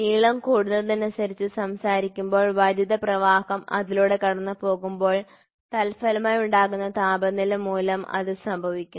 നീളം കൂടുന്നതിനെക്കുറിച്ച് സംസാരിക്കുമ്പോൾ വൈദ്യുത പ്രവാഹം അതിലൂടെ കടന്നുപോകുമ്പോൾ തത്ഫലമായി ഉണ്ടാകുന്ന താപനില മൂലം അത് സംഭവിക്കുന്നു